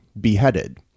beheaded